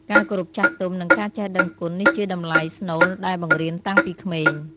ការគោរពចាស់ទុំ និងការចេះដឹងគុណ នេះជាតម្លៃស្នូលដែលបង្រៀនតាំងពីក្មេង។